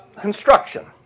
Construction